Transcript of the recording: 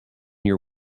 you